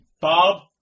Bob